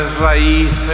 raíces